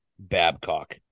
babcock